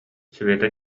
света